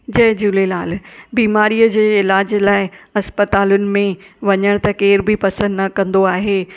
जय झूलेलाल बीमारीअ जे इलाज लाइ अस्पतालुनि में वञण त केरु बि पसंदि न कंदो आहे